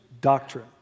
doctrine